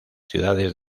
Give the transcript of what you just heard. ciudades